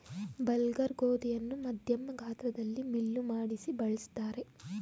bulgur ಗೋಧಿಯನ್ನು ಮಧ್ಯಮ ಗಾತ್ರದಲ್ಲಿ ಮಿಲ್ಲು ಮಾಡಿಸಿ ಬಳ್ಸತ್ತರೆ